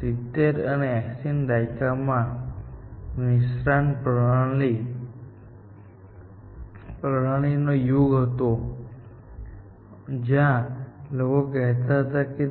70 અને 80ના દાયકામાં નિષ્ણાત પ્રણાલીનો યુગ હતો જ્યાં લોકો કહેતા હતા કે